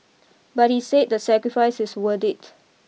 but he said the sacrifice is worth it